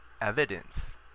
evidence